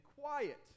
quiet